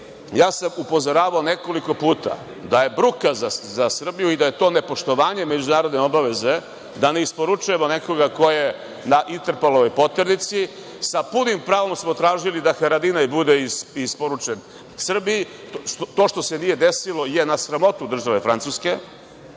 sam upozoravao nekoliko puta da je bruka za Srbiju i da je to nepoštovanje međunarodne obaveze da ne isporučujemo nekoga ko je na Interpolovoj poternici. Sa punim pravom smo tražili da Haradinaj bude isporučen Srbiji, to što se nije desilo je na sramotu države Francuske,